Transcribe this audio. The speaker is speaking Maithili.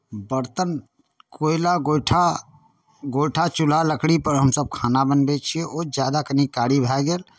बरतन कोयला गोइठा गोइठा चूल्हा लकड़ीपर हमसभ खाना बनबै छियै ओ ज्यादा कनि कारी भए गेल